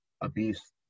abuse